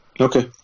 Okay